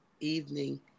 evening